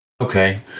Okay